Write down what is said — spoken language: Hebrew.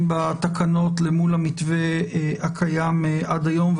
בתקנות אל מול המתווה הקיים עד היום,